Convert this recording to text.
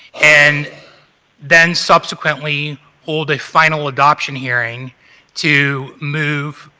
and then subsequently hold a final adoption hearing to move,